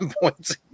points